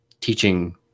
teaching